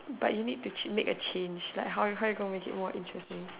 but you need to make a change like how you going to make it more interesting